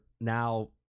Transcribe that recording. now